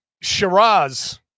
Shiraz